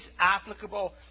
applicable